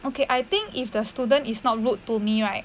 okay I think if the student is not rude to me right